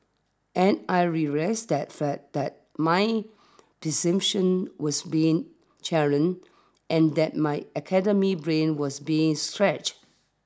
and I relished that fact that my presumptions was being challenge and that my academy brain was being stretched